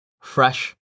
fresh